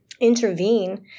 intervene